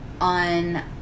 on